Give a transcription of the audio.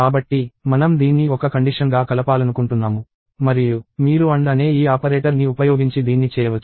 కాబట్టి మనం దీన్ని ఒక కండిషన్ గా కలపాలనుకుంటున్నాము మరియు మీరు AND అనే ఈ ఆపరేటర్ని ఉపయోగించి దీన్ని చేయవచ్చు